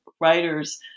writers